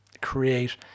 create